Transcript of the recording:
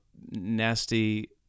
nasty